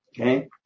Okay